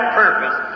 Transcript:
purpose